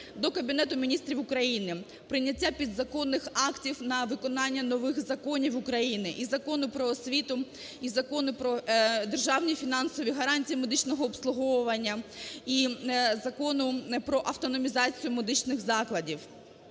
до Кабінету Міністрів України, прийняття підзаконних актів на виконання нових законів України: і Закону "Про освіту", і Закону про державні фінансові гарантії медичного обслуговування, і Закону про автономізацію медичних закладів.